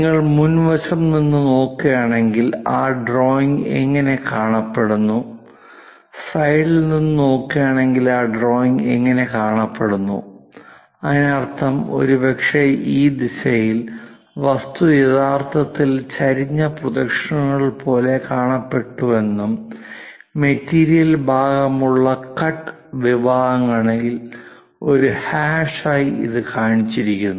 നിങ്ങൾ മുൻവശം നിന്ന് നോക്കുകയാണെങ്കിൽ ആ ഡ്രോയിംഗ് എങ്ങനെ കാണപ്പെടുന്നു സൈഡ് നിന്ന് നോക്കുകയാണെങ്കിൽ ആ ഡ്രോയിംഗ് എങ്ങനെ കാണപ്പെടുന്നു അതിനർത്ഥം ഒരുപക്ഷേ ഈ ദിശയിൽ വസ്തു യഥാർത്ഥത്തിൽ ചെരിഞ്ഞ പ്രൊജക്ഷനുകൾ പോലെ കാണപ്പെടുന്നുവെന്നും മെറ്റീരിയൽ ഭാഗമുള്ള കട്ട് വിഭാഗങ്ങളുണ്ടെങ്കിൽ ഒരു ഹാഷായി അത് കാണിച്ചിരിക്കുന്നു